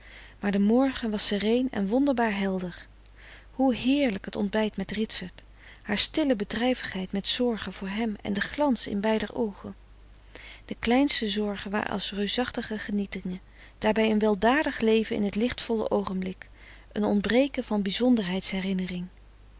maar de morgen was sereen en wonderbaar helder hoe heerlijk het ontbijt met ritsert haar stille bedrijvigheid met zorgen voor hem en de glans in beider oogen de kleinste zorgen waren als reusachtige genietingen daarbij een weldadig leven in het lichtvolle oogenblik een ontbreken van